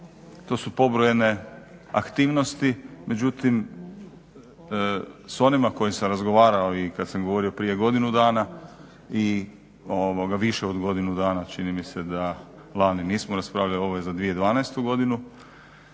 to su pobrojene aktivnosti, međutim s onima s kojima sam razgovarao i kada sam govorio prije godinu dana i više od godinu dana, čini mi se da lani nismo raspravljali, ovo je za 2012. godinu